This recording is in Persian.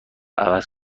عوض